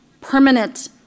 Permanent